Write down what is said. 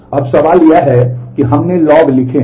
अब सवाल यह है कि हमने लॉग लिखे हैं